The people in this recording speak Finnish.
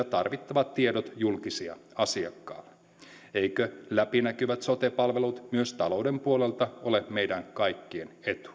tarvittavat tiedot julkisia asiakkaalle eivätkö läpinäkyvät sote palvelut myös talouden puolelta ole meidän kaikkien etu eikö